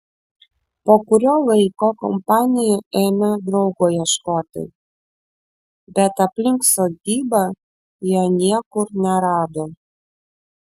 po kurio laiko kompanija ėmė draugo ieškoti bet aplink sodybą jo niekur nerado